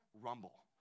Rumble